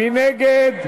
מי נגד?